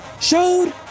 showed